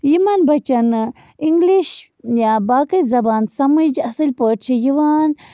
یِمن بچن نہٕ انگلِش یا باقٕے زبان سمٕج اَصٕل پٲٹھی چھِ یِوان